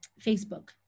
Facebook